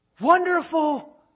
Wonderful